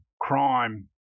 crime